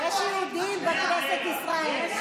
יש יהודים בכנסת ישראל.